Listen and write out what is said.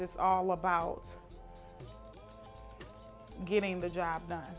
it's all about getting the job done